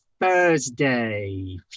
Thursday